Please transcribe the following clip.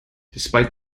despite